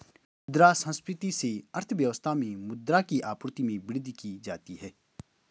मुद्रा संस्फिति से अर्थव्यवस्था में मुद्रा की आपूर्ति में वृद्धि की जाती है